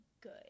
good